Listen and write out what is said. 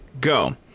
go